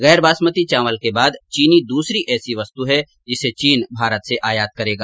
गैर बासमती चावल के बाद चीनी दूसरी ऐसी वस्तु है जिसे चीन भारत से आयात करेगा